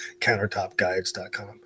countertopguides.com